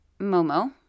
Momo